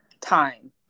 time